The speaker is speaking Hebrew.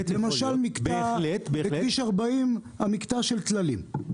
למשל, בכביש 40, המקטע של טללים.